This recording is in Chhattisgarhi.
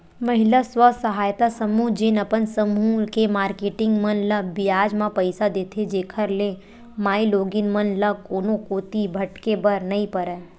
महिला स्व सहायता समूह जेन अपन समूह के मारकेटिंग मन ल बियाज म पइसा देथे, जेखर ले माईलोगिन मन ल कोनो कोती भटके बर नइ परय